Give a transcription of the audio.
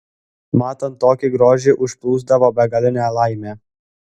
matant tokį grožį užplūsdavo begalinė laimė